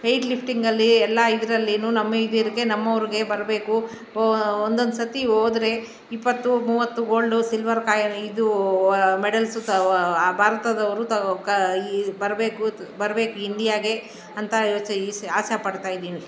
weight ಲೈಫಿಂಗಲ್ಲೀ ಎಲ್ಲ ಇದ್ರಲ್ಲಿಯೂ ನಮ್ಮ ಇದಿರ್ಗೆ ನಮ್ಮವ್ರಿಗೆ ಬರಬೇಕು ಒಂದೊಂದು ಸರ್ತಿ ಹೋದ್ರೆ ಇಪ್ಪತ್ತು ಮೂವತ್ತು ಗೋಲ್ಡು ಸಿಲ್ವರ್ ಕಾಯನ್ ಇದೂ ಮೆಡಲ್ಸು ಭಾರತದವ್ರು ತೋಕಾ ಈ ಬರಬೇಕು ತ್ ಬರ್ಬೇಕು ಇಂಡಿಯಾಗೆ ಅಂತ ಯೋಚ್ಸಿ ಈಸೆ ಆಸೆ ಪಡ್ತಾಯಿದ್ದೀನಿ